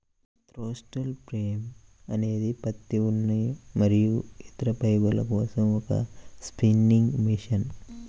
throstle frame అనేది పత్తి, ఉన్ని మరియు ఇతర ఫైబర్ల కోసం ఒక స్పిన్నింగ్ మెషిన్